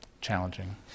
Challenging